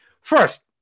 First